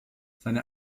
seine